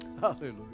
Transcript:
hallelujah